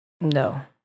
No